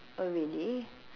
oh really